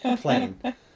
plain